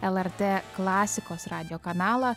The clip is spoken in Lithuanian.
lrt klasikos radijo kanalą